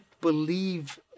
believe